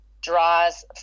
draws